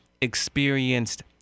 experienced